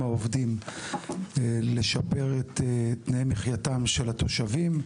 העובדים לשפר את תנאי מחייתם של התושבים,